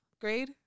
grade